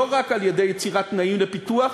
לא רק על-ידי יצירת תנאים לפיתוח,